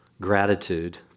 Gratitude